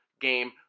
game